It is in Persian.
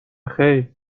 خیر